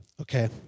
Okay